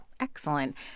Excellent